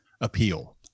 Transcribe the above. appeal